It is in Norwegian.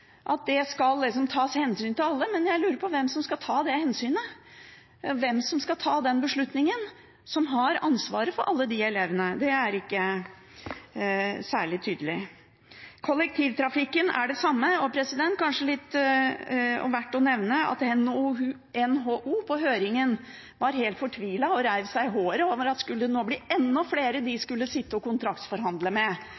at det skal tas hensyn til alle, men jeg lurer på hvem som skal ta det hensynet, hvem som skal ta den beslutningen, hvem som har ansvaret for alle de elevene. Det er ikke særlig tydelig. Det er det samme med kollektivtrafikken, og det er kanskje verdt å nevne at på høringen var NHO helt fortvilet og rev seg i håret over at det nå skulle bli enda flere de skulle sitte og kontraktsforhandle med.